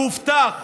והובטח